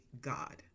God